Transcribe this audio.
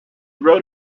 wrote